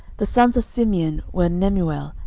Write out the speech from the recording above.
the sons of simeon were, nemuel,